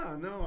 No